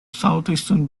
southeastern